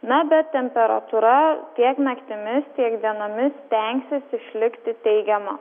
na bet temperatūra tiek naktimis tiek dienomis stengsis išlikti teigiama